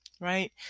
right